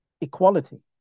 equality